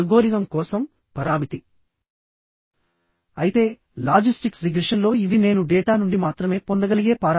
అదేవిధంగా industrial structures లో earthquake load మొదలగునవి